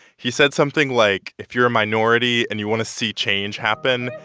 he said something like, if you're a minority, and you want to see change happen,